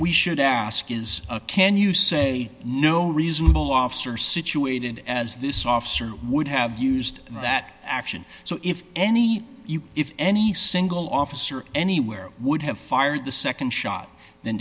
we should ask is can you say no reasonable officer situated as this officer would have used that action so if any if any single officer anywhere would have fired the nd shot then